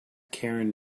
karin